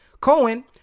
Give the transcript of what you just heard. Cohen